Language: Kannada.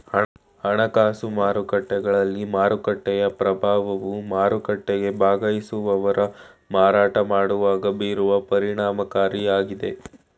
ಹಣಕಾಸು ಮಾರುಕಟ್ಟೆಗಳಲ್ಲಿ ಮಾರುಕಟ್ಟೆಯ ಪ್ರಭಾವವು ಮಾರುಕಟ್ಟೆಗೆ ಭಾಗವಹಿಸುವವರು ಮಾರಾಟ ಮಾಡುವಾಗ ಬೀರುವ ಪರಿಣಾಮಕಾರಿಯಾಗಿದೆ